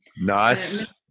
nice